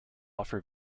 offer